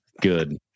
Good